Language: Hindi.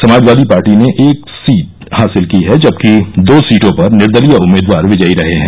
समाजवादी पार्टी ने एक सीट हासिल की है जबकि दो सीटों पर निर्दलीय उम्मीदवार विजयी रहे हैं